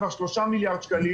כמובן שארנונה זה נושא כאוב,